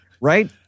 Right